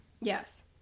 Yes